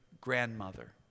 grandmother